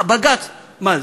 הבג"ץ, מה,